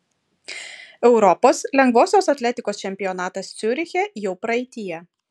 europos lengvosios atletikos čempionatas ciuriche jau praeityje